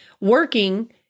working